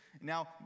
Now